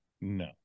No